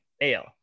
ale